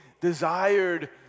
desired